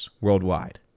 worldwide